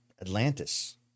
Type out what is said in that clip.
Atlantis